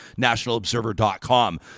nationalobserver.com